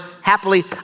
happily